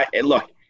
Look –